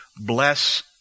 bless